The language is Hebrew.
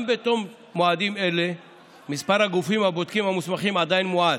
גם בתום מועדים אלה מספר הגופים הבודקים המוסמכים עדיין מועט,